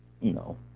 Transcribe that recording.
No